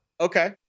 Okay